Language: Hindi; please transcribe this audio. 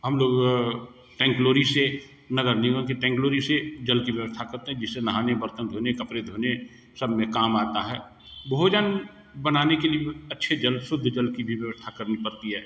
हम लोग टैंकलोरी से नगर निगम की टैंकलोरी से जल की व्यवस्था करते हैं जिससे नहाने बर्तन धोने कपड़े धोने सब में काम आता है भोजन बनाने के लिए अच्छे जल शुद्ध जल की भी व्यवस्था करनी पड़ती है